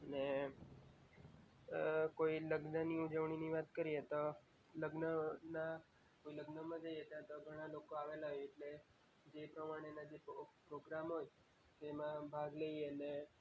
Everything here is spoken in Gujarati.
ને કોઈ લગ્નની ઉજવણીની વાત કરીએ તો લગ્નના કોઈ લગ્નમાં જઈએ ત્યાં ગણા લોકો આવેલા હોય એટલે જે પ્રમાણેના જે જે પ્રોગ્રામો હોય તેમાં ભાગ લઈએ ને